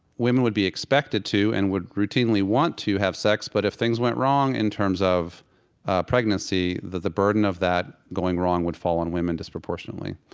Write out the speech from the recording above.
women would be expected to and would routinely want to have sex, but if things went wrong in terms of pregnancy that the burden of that going wrong would fall on women disproportionately.